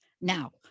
Now